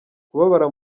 kubabara